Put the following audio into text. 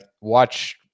watch